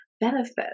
benefit